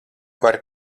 vari